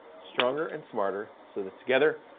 stronger and smarter, so that together,